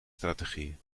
strategie